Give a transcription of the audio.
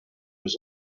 was